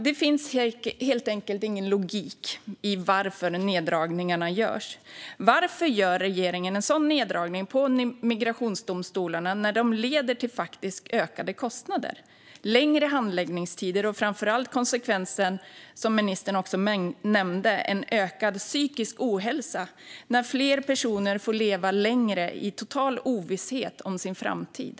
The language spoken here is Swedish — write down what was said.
Det finns helt ingen logik i varför neddragningarna görs. Varför gör regeringen en sådan neddragning på migrationsdomstolarna när det leder till ökade kostnader, längre handläggningstider och framför allt den konsekvens som ministern också nämnde, nämligen en ökad psykisk ohälsa när fler personer får leva längre i total ovisshet om sin framtid.